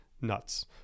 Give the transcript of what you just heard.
nuts